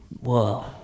Whoa